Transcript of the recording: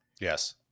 Yes